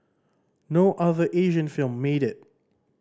no other Asian film made it